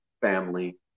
family